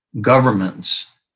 governments